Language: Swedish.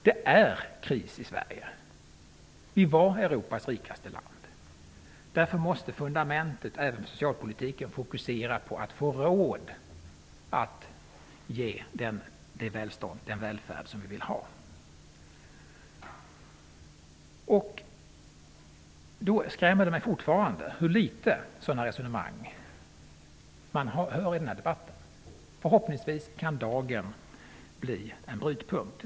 Det är kris i Sverige. Vi var Europas rikaste land. Därför måste fundamentet även för socialpolitiken fokusera på att vi skall få råd att ge den välfärd vi vill ha. Det skrämmer mig fortfarande hur få sådana resonemang man hör i debatten. Förhoppningsvis kan denna dag utgöra en brytpunkt.